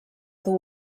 dur